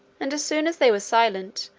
and as soon as they were silent,